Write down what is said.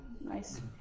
Nice